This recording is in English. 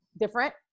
different